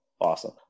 awesome